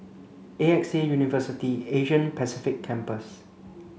A X A University Asia Pacific Campus